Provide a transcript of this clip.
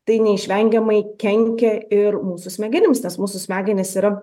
tai neišvengiamai kenkia ir mūsų smegenims nes mūsų smegenys yra